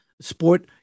sport